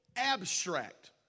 abstract